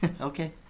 Okay